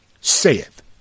saith